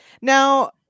Now